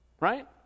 right